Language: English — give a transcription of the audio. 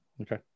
Okay